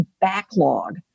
backlog